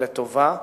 ולטובה.